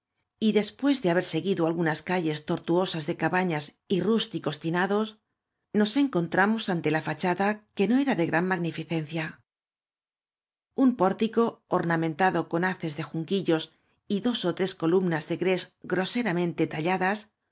y después de haber seguido aigu ñas calles tortuosas de cabanas y rústicos tinadosf nos encontramos aote la lachada que no era do gran magniíicencía un pórtico ordamentado con haces de junquillos y dos ó tres colum nas de gres groseramente talladas